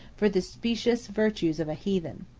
for the specious virtues of a heathen.